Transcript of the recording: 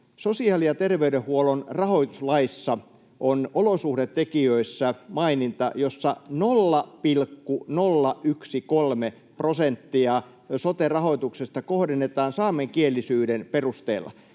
Sosiaali- ja terveydenhuollon rahoituslaissa on olosuhdetekijöissä maininta, jossa 0,013 prosenttia sote-rahoituksesta kohdennetaan saamenkielisyyden perusteella.